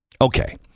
Okay